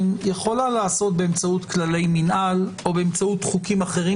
יכולה להיעשות באמצעות כללי מינהל או באמצעות חוקים אחרים